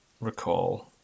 recall